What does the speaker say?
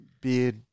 beard